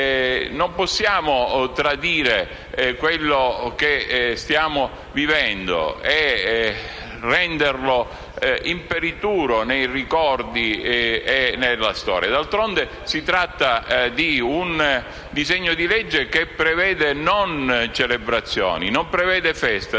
Non possiamo tradire quello che stiamo vivendo, ma dobbiamo renderlo imperituro nei ricordi e nella storia. D'altronde si tratta di un disegno di legge che non prevede una celebrazione, non prevede feste,